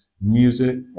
music